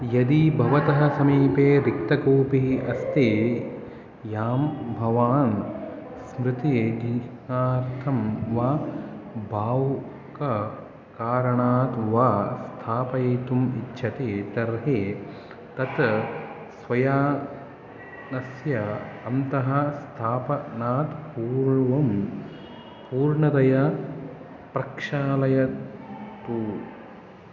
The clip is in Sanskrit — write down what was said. यदि भवतः समीपे रिक्तकूपिः अस्ति याम् भवान् स्मृतिचिह्नार्थं वा भावुककारणात् वा स्थापयितुम् इच्छति तर्हि तत् स्वयानस्य अन्तः स्थापनात् पूर्वं पूर्णतया प्रक्षालयतु